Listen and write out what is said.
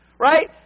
Right